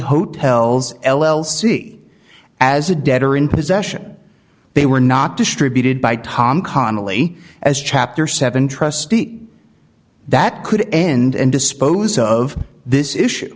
hotels l l c as a debtor in possession they were not distributed by tom connelly as chapter seven trustee that could end dispose of this issue